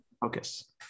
Focus